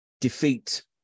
defeat